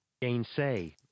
Gainsay